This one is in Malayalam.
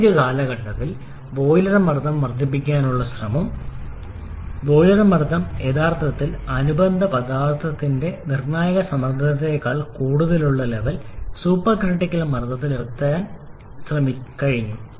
ആധുനിക കാലഘട്ടത്തിൽ ബോയിലർ മർദ്ദം വർദ്ധിപ്പിക്കാനുള്ള ശ്രമം ബോയിലർ മർദ്ദം യഥാർത്ഥത്തിൽ അനുബന്ധ പദാർത്ഥത്തിന്റെ നിർണ്ണായക സമ്മർദ്ദത്തേക്കാൾ കൂടുതലുള്ള ലെവൽസൂപ്പർക്രിട്ടിക്കൽ മർദ്ദത്തിൽ എത്താൻഎത്തിക്കാൻ കഴിഞ്ഞു